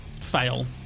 Fail